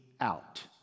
out